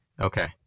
okay